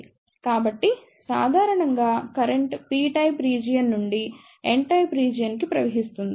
కాబట్టి సాధారణంగా current p type region నుండి n టైప్ రీజియన్ కి ప్రవహిస్తుంది